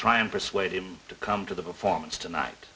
try and persuade him to come to the performance tonight